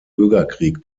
bürgerkrieg